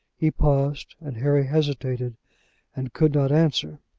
he paused, and harry hesitated and could not answer.